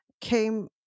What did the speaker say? came